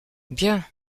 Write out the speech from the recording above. bien